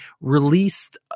released